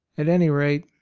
at any rate,